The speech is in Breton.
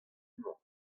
mañ